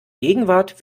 gegenwart